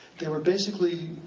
they were basically,